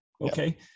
okay